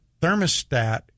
thermostat